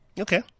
Okay